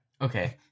Okay